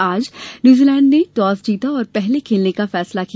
आज न्यूजीलैंड ने टॉस जीता और पहले खेलने का फैसला किया